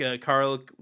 Carl